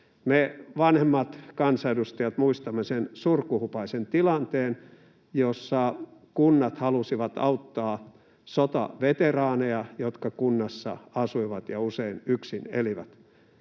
Me vanhemmat kansanedustajat muistamme sen surkuhupaisan tilanteen, jossa kunnat halusivat auttaa sotaveteraaneja, jotka kunnassa asuivat ja usein yksin elivät.